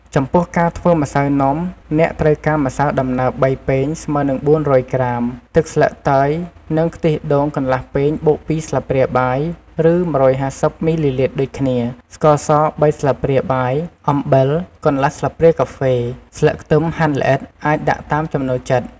ចំពោះការធ្វើម្សៅនំ អ្នកត្រូវការម្សៅដំណើប ៣ ពែង ស្មើនឹង ៤០០ ក្រាម ទឹកស្លឹកតើយ និងខ្ទិះដូង កន្លះពែងបូក ២ ស្លាបព្រាបាយ ឬ ១៥០ មីលីលីត្រដូចគ្នា ស្ករស ៣ ស្លាបព្រាបាយ អំបិល កន្លះស្លាបព្រាកាហ្វេ ស្លឹកខ្ទឹមហាន់ល្អិត អាចដាក់តាមចំណូលចិត្ត។